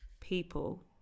people